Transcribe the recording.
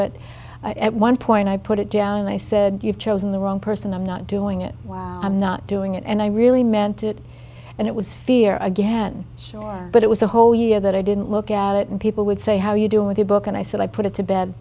it at one point i put it down and i said you've chosen the wrong person i'm not doing it wow i'm not doing it and i really meant it and it was fear again sure but it was a whole year that i didn't look at it and people would say how do you do in the book and i said i put it to bed